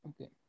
okay